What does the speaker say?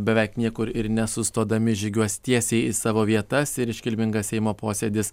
beveik niekur ir nesustodami žygiuos tiesiai į savo vietas ir iškilmingas seimo posėdis